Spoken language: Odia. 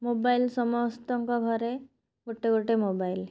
ମୋବାଇଲ୍ ସମସ୍ତଙ୍କ ଘରେ ଗୋଟେ ଗୋଟେ ମୋବାଇଲ୍